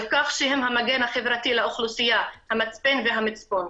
על כך שהם המגן החברתי לאוכלוסייה, המצפן והמצפון.